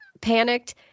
panicked